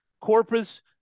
Corpus